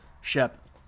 Shep